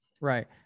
Right